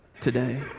today